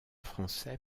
français